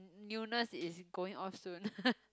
newness is going off soon